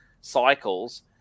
cycles